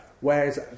whereas